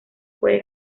puede